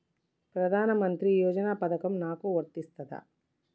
ప్రధానమంత్రి యోజన పథకం నాకు వర్తిస్తదా?